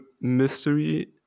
mystery